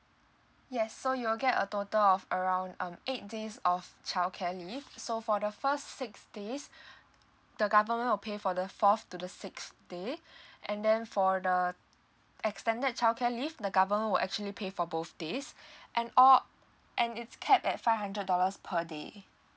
yes so you will get a total of around um eight days of childcare leave so for the first six days the government will pay for the fourth to the sixth day and then for the extended childcare leave the government will actually pay for both days and all and it's capped at five hundred dollars per day